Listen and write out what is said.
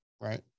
right